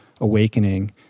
awakening